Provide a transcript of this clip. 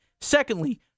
Secondly